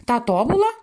tą tobulą